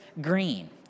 green